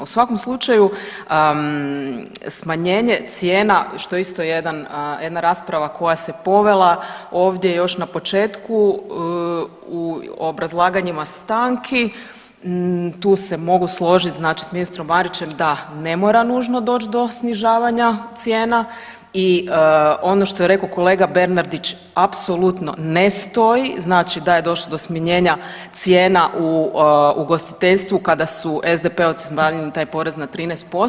U svakom slučaju smanjenje cijena, što je isto jedan, jedna rasprava koja se povela ovdje još na početku u obrazlaganjima stanki, tu se mogu složit znači s ministrom Marićem da ne mora nužno doć do snižavanja cijena i ono što je rekao kolega Bernardić apsolutno ne stoji znači da je došlo do smanjenja cijena u ugostiteljstvu kada su SDP-ovci smanjili taj porez na 13%